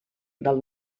del